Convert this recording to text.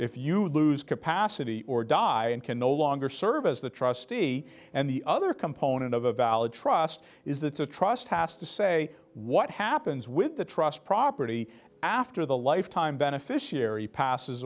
if you lose pasadena or die and can no longer serve as the trustee and the other component of a valid trust is that the trust has to say what happens with the trust property after the lifetime beneficiary passes